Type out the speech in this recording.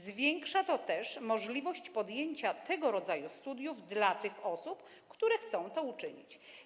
Zwiększa to też możliwość podjęcia tego rodzaju studiów przez osoby, które chcą to uczynić.